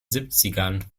siebzigern